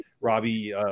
Robbie